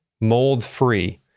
mold-free